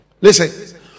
listen